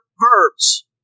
verbs